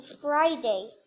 Friday